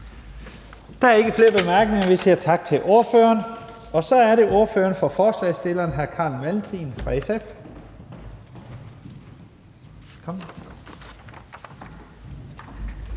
Der er ikke flere korte bemærkninger. Vi siger tak til ordføreren. Så er det ordføreren for forslagsstillerne, hr. Carl Valentin fra SF.